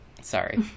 Sorry